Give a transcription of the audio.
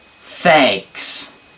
thanks